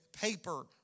paper